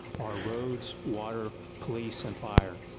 ah road water, police and fire.